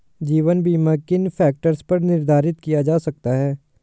जीवन बीमा किन फ़ैक्टर्स पर निर्धारित किया जा सकता है?